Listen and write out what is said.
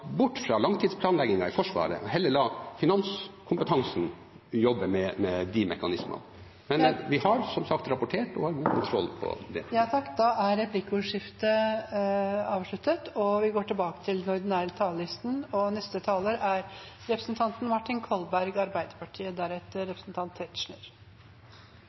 bort fra langtidsplanleggingen i Forsvaret på og heller la finanskompetansen jobbe med de mekanismene. Men vi har som sagt rapportert, og har god kontroll på det. Replikkordskiftet er avsluttet. Forsvarets evne og kraft til å utføre sitt oppdrag forutsetter en sterk og